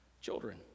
children